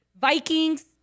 Vikings